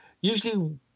usually